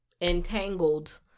entangled